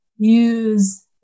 use